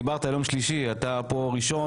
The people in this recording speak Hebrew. דיברת על יום שלישי אתה פה בראשון,